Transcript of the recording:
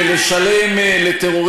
עם מי אתה רוצה לדבר בכלל?